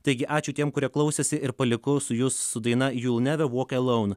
taigi ačiū tiem kurie klausėsi ir palikau su jus su daina you will never walk alone